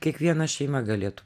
kiekviena šeima galėtų